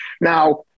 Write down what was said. Now